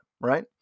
right